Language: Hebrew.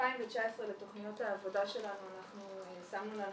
ל-2019 לתכניות העבודה שלנו אנחנו שמנו לנו